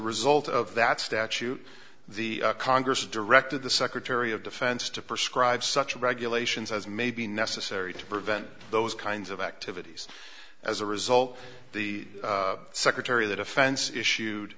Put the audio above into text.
result of that statute the congress directed the secretary of defense to prescribe such regulations as may be necessary to prevent those kinds of activities as a result the secretary of the defense issued